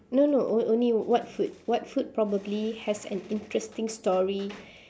no no o~ only what food what food probably has an interesting story